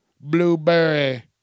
Blueberry